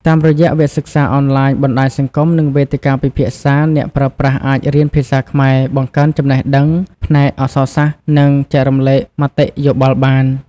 តាមរយៈវគ្គសិក្សាអនឡាញ បណ្តាញសង្គម និងវេទិកាពិភាក្សា អ្នកប្រើប្រាស់អាចរៀនភាសាខ្មែរ បង្កើនចំណេះដឹងផ្នែកអក្សរសាស្ត្រ និងចែករំលែកមតិយោបល់បាន។